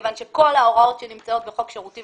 כיוון שכל ההוראות שנמצאות בחוק שירותים